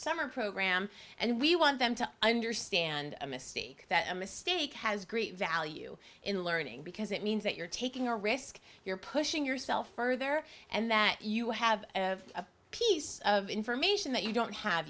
summer program and we want them to understand a mistake that a mistake has great value in learning because it means that you're taking a risk you're pushing yourself further and that you have a piece of information that you don't have